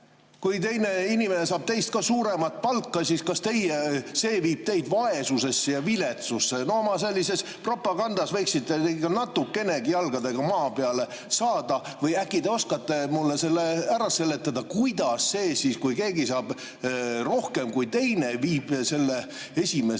Kui teine inimene saab teist suuremat palka, siis kas see viib teid vaesusesse ja viletsusse? Oma sellises propagandas võiksite natukenegi jalgadega maa peale saada. Või äkki te oskate mulle selle ära seletada, kuidas see, kui keegi saab rohkem kui teine, viib selle esimese